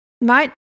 Right